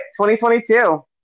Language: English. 2022